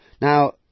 now